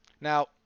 Now